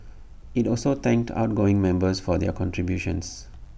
IT also thanked outgoing members for their contributions